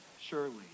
surely